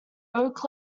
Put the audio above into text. oak